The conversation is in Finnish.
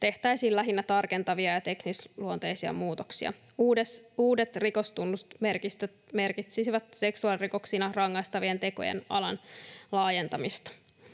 tehtäisiin lähinnä tarkentavia ja teknisluonteisia muutoksia. Uudet rikostunnusmerkistöt merkitsisivät seksuaalirikoksina rangaistavien tekojen alan laajentamista.